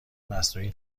مصنوعی